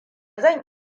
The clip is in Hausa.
zan